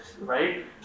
right